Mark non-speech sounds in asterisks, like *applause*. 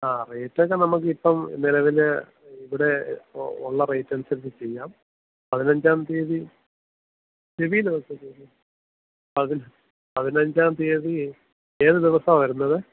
ആ രജിസ്ട്രേഷൻ നമുക്കിപ്പം നിലവിൽ ഇവിടെ ഒ ഉള്ള റേറ്റനുസരിച്ച് ചെയ്യാം പതിനഞ്ചാം തിയതി *unintelligible* പതിനഞ്ച് പതിനഞ്ചാം തിയതി ഏതു ദിവസമാണ് വരുന്നത്